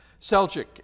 Seljuk